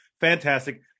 Fantastic